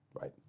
right